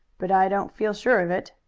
but i don't feel sure of it.